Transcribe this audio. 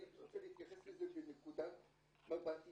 אני רוצה להתייחס לזה מנקודת מבט אישית.